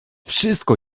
wszystko